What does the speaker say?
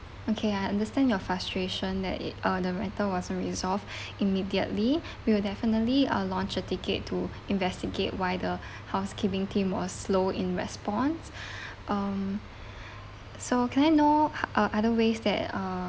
okay I understand your frustration that it uh the matter wasn't resolved immediately we will definitely uh launched a ticket to investigate why the housekeeping team was slow in response um so can I know uh other ways that uh